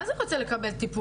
מה זה אם הוא רוצה לקבל טיפול?